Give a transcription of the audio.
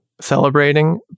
celebrating